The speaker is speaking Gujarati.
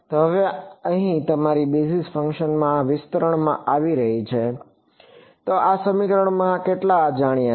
તો હવે અહીં તમારી ફી બેસિસ ફંક્શનમાં આ વિસ્તરણમાંથી આવી રહી છે તો આ સમીકરણમાં કેટલા અજાણ્યા છે